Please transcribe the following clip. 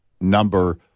number